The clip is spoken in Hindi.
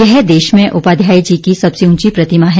यह देश में उपाध्यायजी की सबसे ऊंची प्रतिमा है